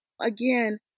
Again